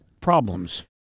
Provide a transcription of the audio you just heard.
problems